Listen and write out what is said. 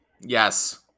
Yes